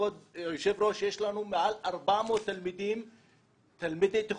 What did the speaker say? כבוד היושב-ראש, יש לנו מעל 400 תלמידי תיכון.